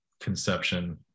conception